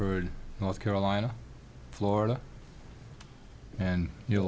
heard north carolina florida and you